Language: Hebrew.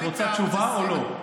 את רוצה תשובה או לא?